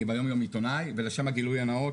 אני ביומיום עיתונאי ולשם הגילוי הנאות,